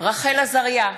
רחל עזריה,